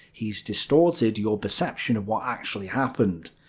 he's distorted your perception of what actually happened.